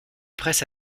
presse